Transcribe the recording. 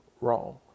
Wrong